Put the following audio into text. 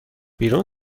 بیرون